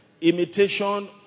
Imitation